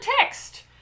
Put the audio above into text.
text